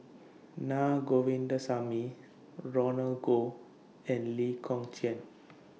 Naa Govindasamy Roland Goh and Lee Kong Chian